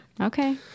Okay